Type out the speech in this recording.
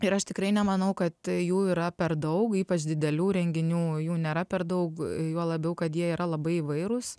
ir aš tikrai nemanau kad jų yra per daug ypač didelių renginių jų nėra per daug juo labiau kad jie yra labai įvairūs